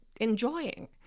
enjoying